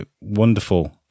wonderful